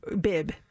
bib